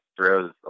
throws